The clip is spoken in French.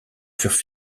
furent